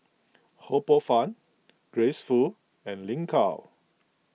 Ho Poh Fun Grace Fu and Lin Gao